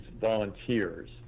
volunteers